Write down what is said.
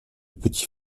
petit